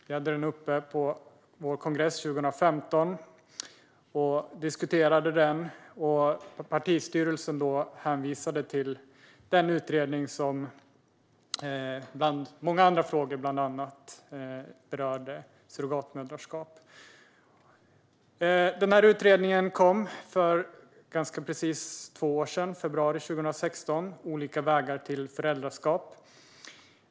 Vi hade den uppe för diskussion på vår kongress 2015. Partistyrelsen hänvisade då till den utredning som bland många andra frågor berörde surrogatmoderskap. Utredningen Olika vägar till föräldraskap presenterades för ganska precis två år sedan, i februari 2016.